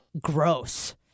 gross